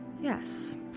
Yes